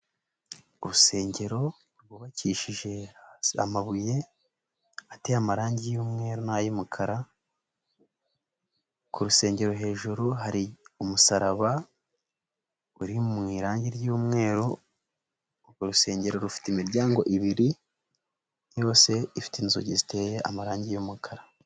Urusengero rwubakishije amabuye ateye amarangi y'umweru n'ay'umukara, ku rusengero hejuru hari umusaraba uri mu irangi ry'umweru, urwo rusengero rufite imiryango ibiri yose ifite inzugi ziteye amarangi y'umukara.